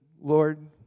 Lord